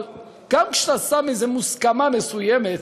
אבל גם כשאתה שם איזו מוסכמה מסוימת,